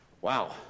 Wow